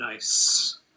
Nice